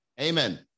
Amen